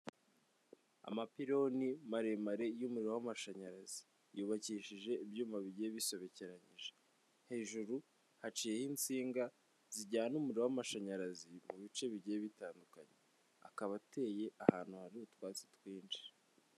Amapironi maremare y'umuriro w'amashanyarazi yubakishije ibyuma bigiye bisobekeranyije, hejuru haciyeho insinga zijyana umuriro w'amashanyarazi mu bice bigiye bitandukanye akaba ateye ahantu hari utwatsi twinshi.